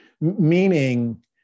meaning